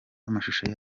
n’amashusho